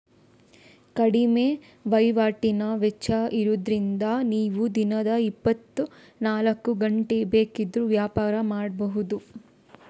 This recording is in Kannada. ಕಡಿಮೆ ವೈವಾಟಿನ ವೆಚ್ಚ ಇರುದ್ರಿಂದ ನೀವು ದಿನದ ಇಪ್ಪತ್ತನಾಲ್ಕು ಗಂಟೆ ಬೇಕಿದ್ರೂ ವ್ಯಾಪಾರ ಮಾಡ್ಬಹುದು